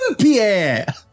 Pierre